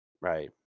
Right